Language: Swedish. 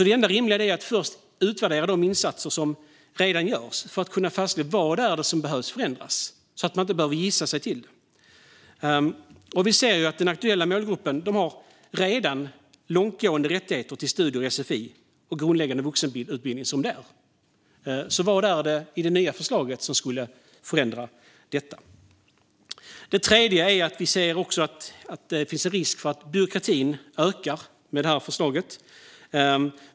Det enda rimliga är att först utvärdera de insatser som redan görs för att kunna fastslå vad som behöver förändras, så att man inte ska behöva gissa sig till det. Vi ser att den aktuella målgruppen redan har långtgående rättigheter till studier, sfi och grundläggande vuxenutbildning som det är. Vad är det i det nya förslaget som skulle förändra detta? Det tredje är att vi ser att det finns en risk för att byråkratin ökar med förslaget.